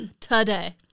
today